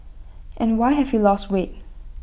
and why have you lost weight